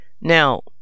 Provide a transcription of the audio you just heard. Now